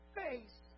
face